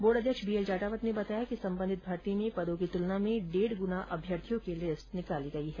board अध्यक्ष B L Jatawat ने बताया कि संबंधित भर्ती में पदों की तुलना में डेढ गुना अभ्यर्थियों की लिस्ट निकाली गई है